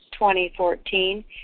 2014